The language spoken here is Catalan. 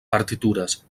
partitures